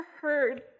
heard